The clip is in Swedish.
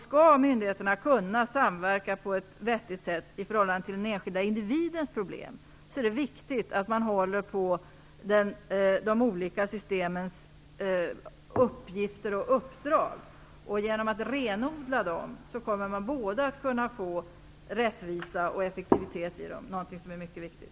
Skall myndigheterna kunna samverka på ett vettigt sätt i förhållande till den enskilda individens problem är det viktigt att man håller på de olika systemens uppgifter och uppdrag. Genom att renodla dem kommer man att kunna få både rättvisa och effektivitet, någonting som är mycket viktigt.